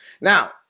Now